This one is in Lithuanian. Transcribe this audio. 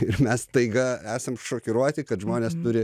ir mes staiga esam šokiruoti kad žmonės turi